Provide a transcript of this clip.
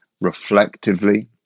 reflectively